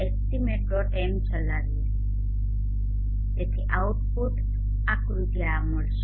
m ચલાવીએ તેથી output આકૃતિ આ રીતે મળશે